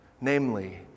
Namely